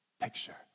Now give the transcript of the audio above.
picture